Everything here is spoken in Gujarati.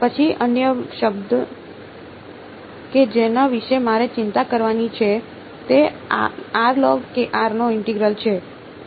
પછી અન્ય શબ્દ કે જેના વિશે મારે ચિંતા કરવાની છે તે નો ઇન્ટેગ્રલ છે